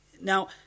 Now